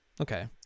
Okay